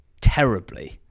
terribly